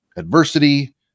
adversity